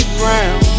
ground